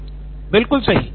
professor बिल्कुल सही